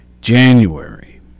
January